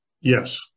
Yes